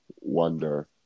wonder